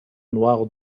noir